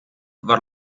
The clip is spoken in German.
war